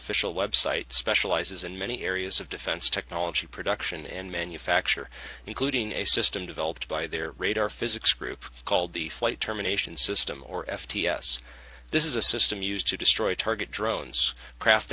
official website specializes in many areas of defense technology production and manufacture including a system developed by their radar physics group called the flight emanations system or f t s this is a system used to destroy target drones craft